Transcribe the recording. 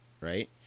right